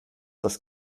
das